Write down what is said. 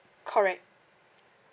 correct